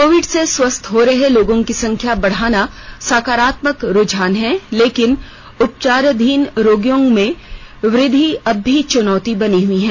Covid से स्वस्थ हो रहे लोगों की संख्या बढ़ना सकारात्मक रूझान है लेकिन उपचाराधीन रोगियों में वृद्वि अब भी चुनौती बनी हुई है